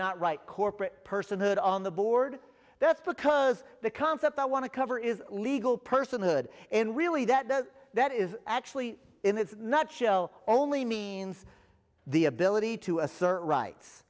not write corporate personhood on the board that's because the concept i want to cover is legal personhood and really that does that is actually in its nutshell only means the ability to assert rights